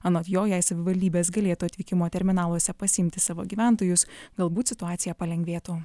anot jo jei savivaldybės galėtų atvykimo terminaluose pasiimti savo gyventojus galbūt situacija palengvėtų